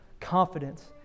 confidence